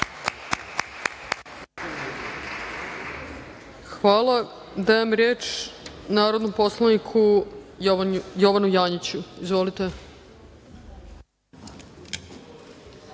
Hvala. Dajem reč narodnom poslaniku Jovanu Janjiću. Izvolite.